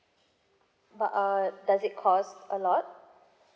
but uh does it cost a lot